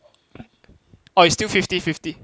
oh is still fifty fifty